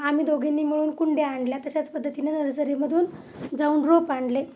आमी दोघींनी मिळून कुंड्या आणल्या तशाच पद्धतीने नर्सरीमधून जाऊन रोप आणले